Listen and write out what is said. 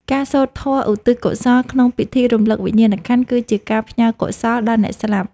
ការសូត្រធម៌ឧទ្ទិសកុសលក្នុងពិធីរំលឹកវិញ្ញាណក្ខន្ធ គឺជាការផ្ញើកុសលដល់អ្នកស្លាប់។